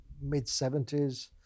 mid-70s